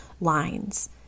lines